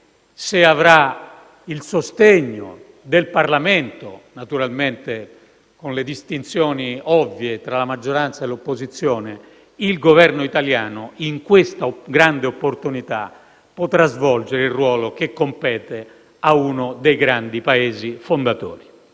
se avrà il sostegno del Parlamento, naturalmente con le distinzioni ovvie tra maggioranza e opposizione, il Governo italiano in questa grande opportunità potrà svolgere il ruolo che compete a uno dei grandi Paesi fondatori.